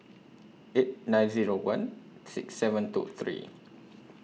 eight nine Zero one six seven two three